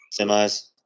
Semis